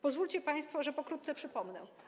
Pozwólcie państwo, że pokrótce przypomnę.